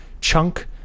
chunk